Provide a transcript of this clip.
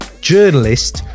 journalist